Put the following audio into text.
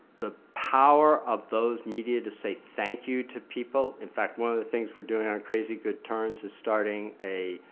the power of those media to say thank you to people. in fact, one of the things we're doing on a crazy good turns is starting a,